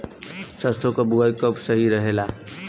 सरसों क बुवाई कब सही रहेला?